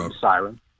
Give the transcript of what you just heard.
siren